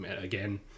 Again